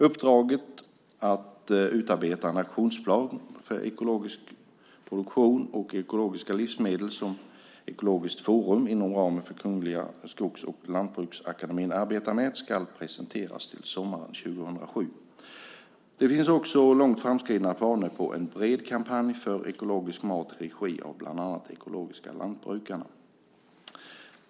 Uppdraget att utarbeta en aktionsplan för ekologisk produktion och ekologiska livsmedel, som Ekologiskt Forum inom ramen för Kungliga Skogs och Lantbruksakademien arbetar med, ska presenteras till sommaren 2007. Det finns också långt framskridna planer på en bred kampanj för ekologisk mat i regi av bland annat Ekologiska Lantbrukarna.